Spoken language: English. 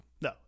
No